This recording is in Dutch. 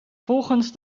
volgens